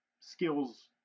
Skills